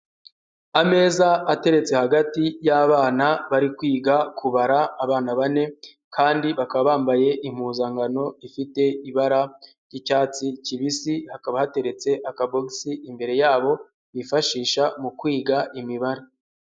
Ameza ateretse hagati y'abana bari kwiga kubara, abana bane kandi bakaba bambaye impuzankano ifite ibara ry'icyatsi kibisi hakaba hateretse akabogisi imbere yabo bifashisha mu kwiga imibare.